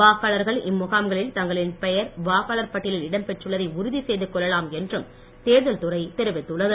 வாக்காளர்கள் இம்முகாம்களில் தங்களின் பெயர் வாக்காளர் பட்டியலில் இடம்பெற்றுள்ளதை உறுதி செய்து கொள்ளலாம் என்று தேர்தல் துறை தெரிவித்துள்ளது